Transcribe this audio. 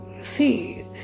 see